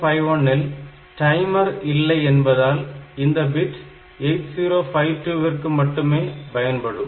8051 ல் டைமர் இல்லை என்பதால் இந்த பிட் 8052 ற்கு மட்டுமே பயன்படும்